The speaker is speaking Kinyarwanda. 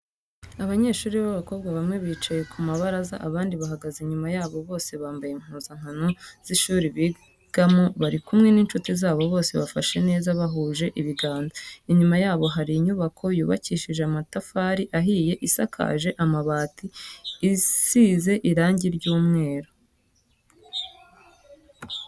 Abanyeshuri b'abakobwa bamwe bicaye ku mabaraza abandi bahagaze inyuma yabo bose bambaye impuzankano z'ishuri bigamo bari kumwe n'inshuti zabo bose bifashe neza bahuje ibiganza ,inyuma yabo hari inyubako yubakishije amatafari ahiye isakaje amabati izize irangi ry'umweru.